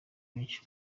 benshi